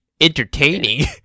Entertaining